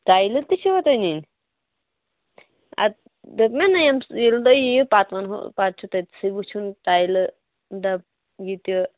ٹایِلہٕ تہِ چھُوا تۄہہِ نِنۍ اَدٕ دوٚپمٲے نہ ییٚمہِ سا ییٚلہِ تُہۍ یِیُو پتہٕ وَنہو پَتہٕ چھُ تٔتسٕے وُچھُن ٹایِلہٕ ڈَب یہِ تہِ